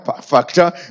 factor